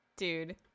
Dude